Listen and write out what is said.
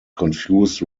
confused